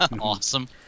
Awesome